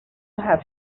have